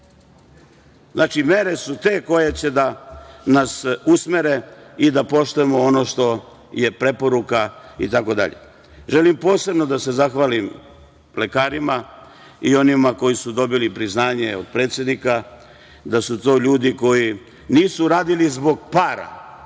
Znači, mere su te koje će da nas usmere i da poštujemo ono što je preporuka itd. Želim posebno da se zahvalim lekarima i onima koji su dobili priznanje od predsednika, da su to ljudi koji nisu radili zbog para.